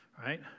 Right